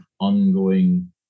ongoing